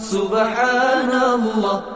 Subhanallah